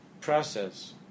process